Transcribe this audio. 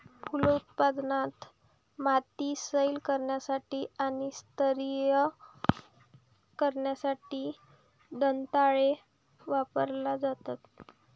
फलोत्पादनात, माती सैल करण्यासाठी आणि स्तरीय करण्यासाठी दंताळे वापरला जातो